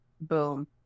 boom